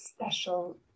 special